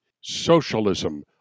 Socialism